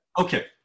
Okay